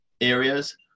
areas